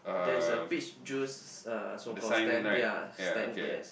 there is a peach juice uh so called stand yea stand yes